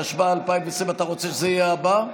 התשפ"א 2020. אתה רוצה שזה יהיה הבא?